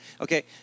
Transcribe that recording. Okay